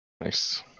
Nice